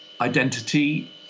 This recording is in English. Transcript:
identity